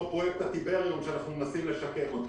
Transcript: פרויקט הטיבריום שאנחנו מנסים לשקם אותו.